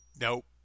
nope